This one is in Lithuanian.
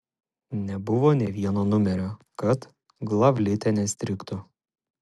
nebuvo nė vieno numerio kad glavlite nestrigtų